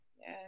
Yes